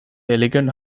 elegant